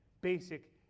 basic